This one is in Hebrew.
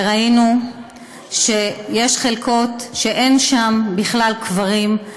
וראינו שיש חלקות שאין בהן בכלל קברים,